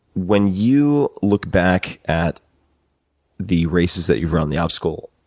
when you look back at the races that you've run, the obstacle